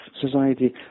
society